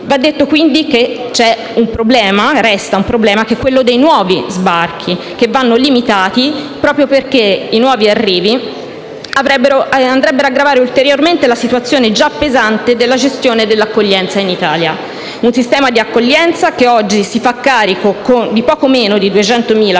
Va detto, quindi, che resta un problema, che è quello dei nuovi sbarchi, che devono essere limitati proprio perché i nuovi arrivi andrebbero ad aggravare ulteriormente la situazione già pesante della gestione dell'accoglienza in Italia; un sistema di accoglienza che oggi si fa carico di poco meno di 200.000 persone,